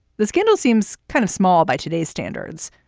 the scandal seems kind of small by today's standards,